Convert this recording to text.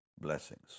blessings